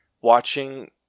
watching